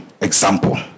example